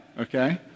okay